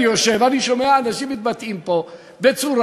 אני יושב ואני שומע אנשים מתבטאים פה בצורה